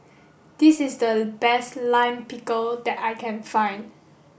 this is the best Lime Pickle that I can find